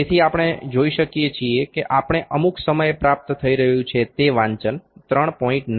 તેથી આપણે જોઈ શકીએ છીએ કે આપણે અમુક સમયે પ્રાપ્ત થઈ રહ્યું છે તે વાંચન 3